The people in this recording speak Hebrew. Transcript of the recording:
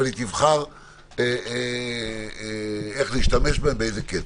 אבל היא תבחר איך להשתמש בהם, באיזה קצב.